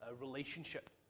relationship